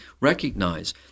recognize